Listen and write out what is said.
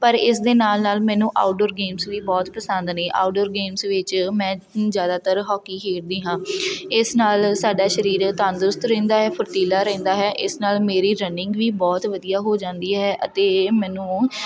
ਪਰ ਇਸ ਦੇ ਨਾਲ ਨਾਲ ਮੈਨੂੰ ਆਊਟਡੋਰ ਗੇਮਸ ਵੀ ਬਹੁਤ ਪਸੰਦ ਨੇ ਆਊਟਡੋਰ ਗੇਮਸ ਵਿੱਚ ਮੈਂ ਜ਼ਿਆਦਾਤਰ ਹਾਕੀ ਖੇਡਦੀ ਹਾਂ ਇਸ ਨਾਲ ਸਾਡਾ ਸਰੀਰ ਤੰਦਰੁਸਤ ਰਹਿੰਦਾ ਹੈ ਫੁਰਤੀਲਾ ਰਹਿੰਦਾ ਹੈ ਇਸ ਨਾਲ ਮੇਰੀ ਰਨਿੰਗ ਵੀ ਬਹੁਤ ਵਧੀਆ ਹੋ ਜਾਂਦੀ ਹੈ ਅਤੇ ਮੈਨੂੰ